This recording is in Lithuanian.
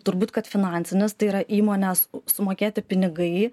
turbūt kad finansinis tai yra įmonės sumokėti pinigai